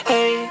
Hey